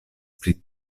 pri